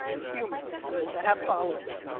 humans that have followings.